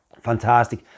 fantastic